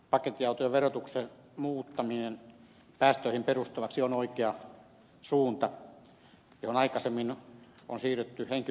pakettiautojen verotuksen muuttaminen päästöihin perustuvaksi on oikea suunta johon aikaisemmin on siirrytty henkilöautojen osalta